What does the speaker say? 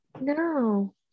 no